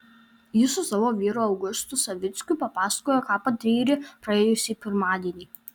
ji su savo vyru augustu savickiu papasakojo ką patyrė praėjusį pirmadienį